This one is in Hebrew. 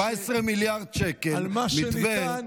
17 מיליארד שקל היה פה,